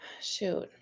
Shoot